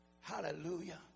Hallelujah